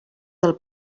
del